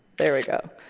there we go.